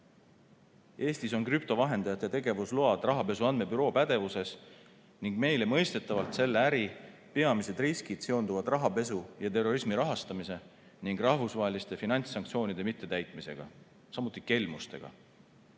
Eestis on krüptovahendajate tegevusload Rahapesu Andmebüroo pädevuses ning meile mõistetavalt selle äri peamised riskid seonduvad rahapesu ja terrorismi rahastamise ning rahvusvaheliste finantssanktsioonide mittetäitmisega, samuti kelmustega.